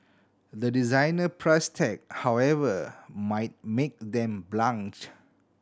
the designer price tag however might make them blanch